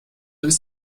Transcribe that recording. ist